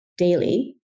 daily